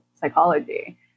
psychology